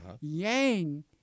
Yang